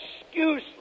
excuse